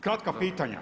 Kratka pitanja.